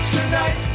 Tonight